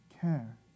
care